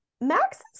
Max